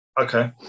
Okay